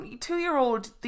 two-year-old